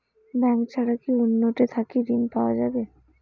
Bank ছাড়া কি অন্য টে থাকি ঋণ পাওয়া যাবে?